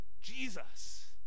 Jesus